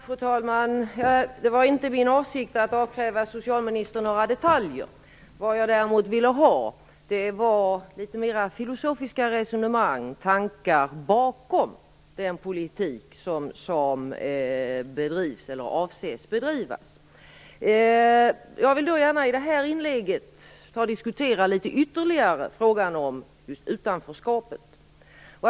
Fru talman! Det var inte min avsikt att avkräva socialministern några detaljer. Däremot ville jag ha litet mera filosofiska resonemang och tankar bakom den politik som bedrivs eller avses bedrivas. I det här inlägget vill jag gärna diskutera frågan om utanförskapet litet ytterligare.